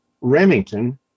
Remington